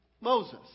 Moses